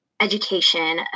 education